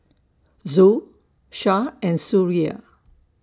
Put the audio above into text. Zul Shah and Suria